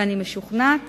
ואני משוכנעת